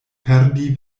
perdi